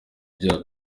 byaha